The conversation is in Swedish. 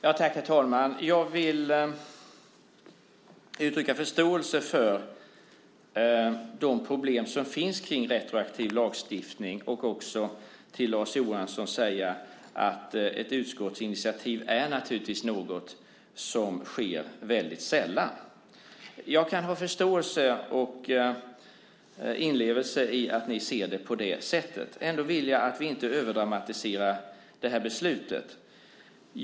Herr talman! Jag vill uttrycka förståelse för de problem som finns kring retroaktiv lagstiftning och också till Lars Johansson säga att ett utskottsinitiativ naturligtvis är något som sker väldigt sällan. Jag kan ha förståelse för och inlevelse i att ni ser det på detta sätt. Ändå vill jag att vi inte överdramatiserar det här beslutet.